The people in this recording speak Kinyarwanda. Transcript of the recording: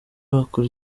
bakora